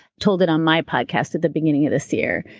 told it on my podcast at the beginning of this year,